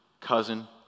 cousin